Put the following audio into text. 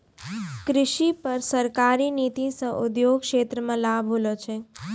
कृषि पर सरकारी नीति से उद्योग क्षेत्र मे लाभ होलो छै